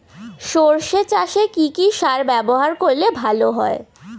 সর্ষে চাসে কি কি সার ব্যবহার করলে ভালো হয়?